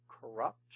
corrupt